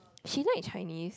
she like Chinese